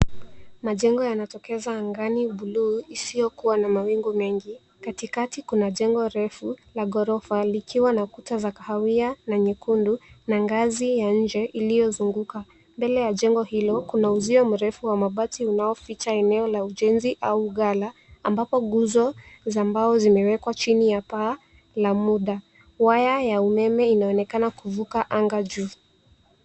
Majengo yanatokeza angani buluu isiyokuwa na mawingu mengi. Katikati kuna jengo refu la ghorofa likiwa na kuta za kahawia na nyekundu na ngazi ya nje iliyozunguka. Mbele ya jengo hilo kuna uzio mrefu wa mabati unaoficha eneo la ujenzi au gala ambapo nguzo za mbao zimewekwa chini ya paa la muda. Waya ya umeme inaonekana kuvuka anga juu.